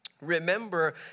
Remember